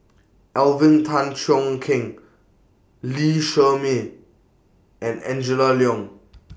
Alvin Tan Cheong Kheng Lee Shermay and Angela Liong